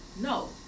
no